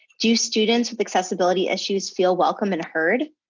do students with accessibility issues feel welcome and heard?